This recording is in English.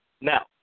Now